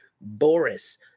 boris